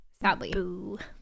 Sadly